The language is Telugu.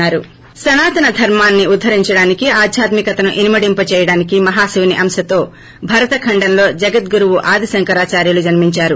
బ్రేక్ సనాతన ధర్మాన్ని ఉద్దరించడానికి ఆధ్యాత్మికతను ఇనుమడింప చేయడానికి మహాశివుని అంశతో భరతఖండంలో జగద్ గురువు ఆదిశంకరాదార్యులు జన్మించారు